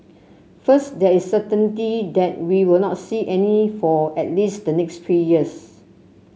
first there is certainty that we will not see any for at least the next three years